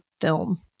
film